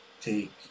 take